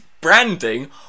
branding